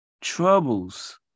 troubles